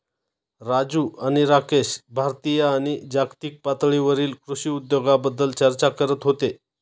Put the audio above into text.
राजू आणि राकेश भारतीय आणि जागतिक पातळीवरील कृषी उद्योगाबद्दल चर्चा करत होते